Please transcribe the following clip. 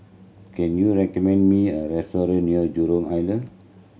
can you recommend me a restaurant near Jurong Island